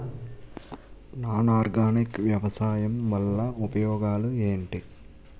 Non organic వ్యవసాయం వల్ల ఉపయోగాలు ఏంటీ?